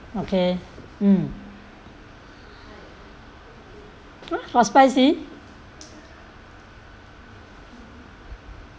okay mm !huh! got spicy